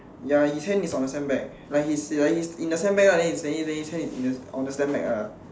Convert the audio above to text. ya his hand is on the sandbag like he is he's in the sandbag lah then he standing then his hand is in on the sandbag ah